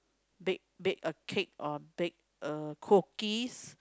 bake bake a cake or bake a cookies